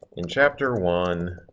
in chapter one,